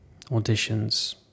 Auditions